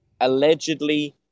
allegedly